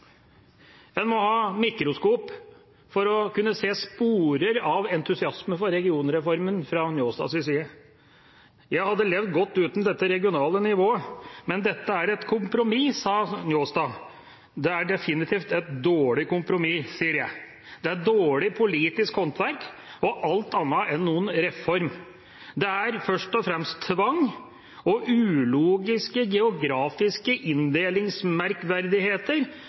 En må ha mikroskop for å se spor av entusiasme for regionreformen fra Njåstads side. Jeg hadde levd godt uten dette regionale nivået, men dette er et kompromiss, sa Njåstad. Det er definitivt et dårlig kompromiss, sier jeg. Det er dårlig politisk håndverk og alt annet enn noen reform. Det er først og fremst tvang og ulogiske, geografiske inndelingsmerkverdigheter,